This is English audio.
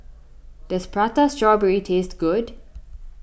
does Prata Strawberry taste good